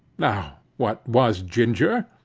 now what was ginger?